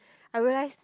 I realised